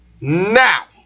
now